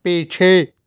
पीछे